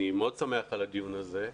אני מאוד שמח על הדיון הזה.